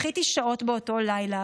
בכיתי שעות באותו לילה,